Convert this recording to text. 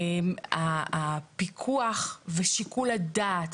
הפיקוח ושיקול הדעת,